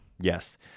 Yes